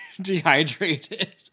dehydrated